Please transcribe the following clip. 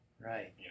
right